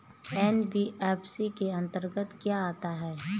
NBFC के अंतर्गत क्या आता है?